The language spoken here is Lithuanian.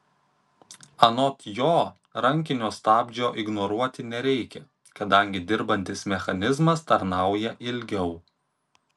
anot jo rankinio stabdžio ignoruoti nereikia kadangi dirbantis mechanizmas tarnauja ilgiau